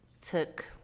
took